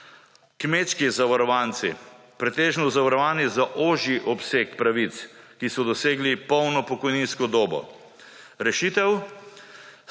kmečki zavarovanci, pretežno zavarovani za ožji obseg pravic, ki so dosegli polno pokojninsko dobo. Rešitev?